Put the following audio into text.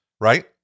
right